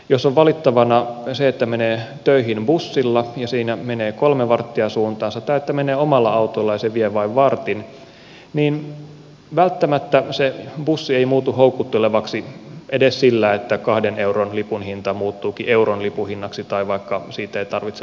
jos on valittavana se että menee töihin bussilla ja siinä menee kolme varttia suuntaansa tai että menee omalla autolla ja se vie vain vartin niin välttämättä se bussi ei muutu houkuttelevaksi edes sillä että kahden euron lipun hinta muuttuukin euron lipun hinnaksi tai vaikka että siitä ei tarvitse maksaa lainkaan